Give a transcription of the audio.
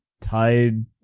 tied